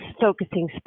focusing